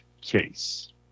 case